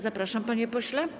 Zapraszam, panie pośle.